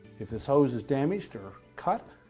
if this hose is damaged or cut,